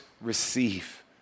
receive